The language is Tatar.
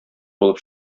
булып